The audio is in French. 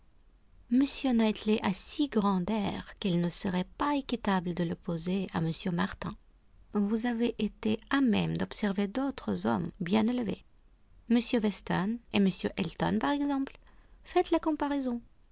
m knightley a si grand air qu'il ne serait pas équitable de l'opposer à m martin vous avez été à même d'observer d'autres hommes bien élevés m weston et m elton par exemple faites la comparaison